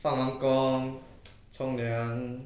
放完工冲凉